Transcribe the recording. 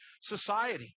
society